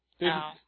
No